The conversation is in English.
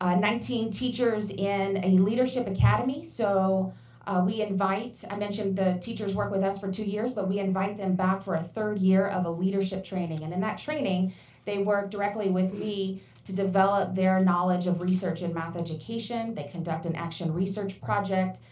um nineteen teachers in a leadership academy, so we invite i mentioned teachers work with us for two years, but we invite them back for a third year of a leadership training. and in that training they work directly with me to develop their knowledge of research in math education, they conduct an action research project,